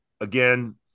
Again